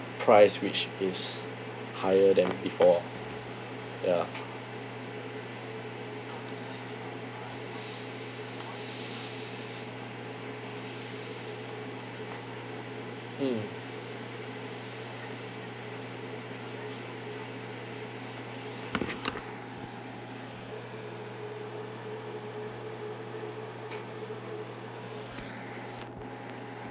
price which is higher than before ya mm